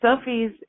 Sophie's